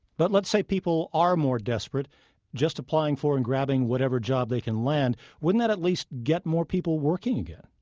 but let's say people are more desperate just applying for and grabbing whatever job they can land wouldn't that at least get more people working again?